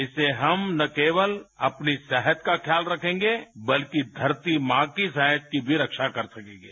इससे हम न केवल अपनी सेहत का ख्याल रखेंगे बल्कि धरती मां की सेहत की भी रक्षा कर सकेंगे